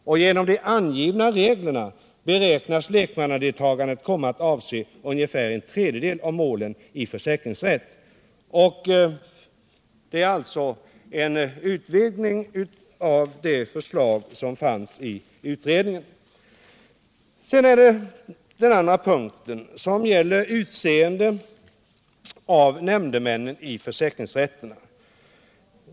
Genom de angivna reglerna beräknas lekmannadeltagandet komma att avse ungefär en tredjedel av målen i försäkringsrätt.” Det är alltså fråga om en utvidgning av det förslag som fanns i utredningen. Sedan är det den andra punkten som gäller utseende av nämndemän i försäkringsrätterna.